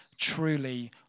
truly